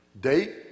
Date